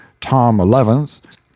Tom-eleventh